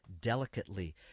delicately